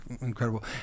incredible